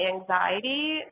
anxiety